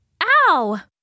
Ow